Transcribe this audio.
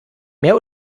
mehr